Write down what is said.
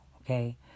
okay